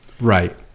Right